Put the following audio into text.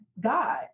God